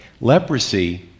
Leprosy